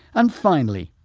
and finally,